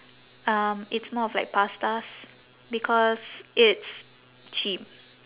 um it's more of like pastas because it's cheap